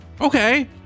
Okay